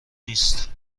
نیست